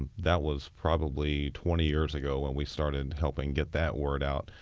ah that was probably twenty years ago when we started helping get that word out.